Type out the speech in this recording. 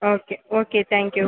okay okay thank you